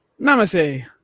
Namaste